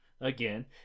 again